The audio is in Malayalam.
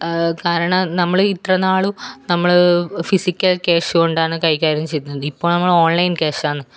കാരണം നമ്മൾ ഇത്രനാളും നമ്മൾ ഫിസിക്കൽ ക്യാഷ് കൊണ്ടാണ് കൈകാര്യം ചെയ്തിരുന്നത് ഇപ്പോൾ നമ്മൾ ഓൺലൈൻ ക്യാഷാന്ന്